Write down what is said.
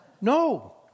No